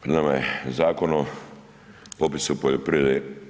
Pred nama je Zakon o popisu poljoprivrede.